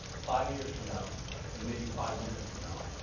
five years from now and maybe five minutes from now,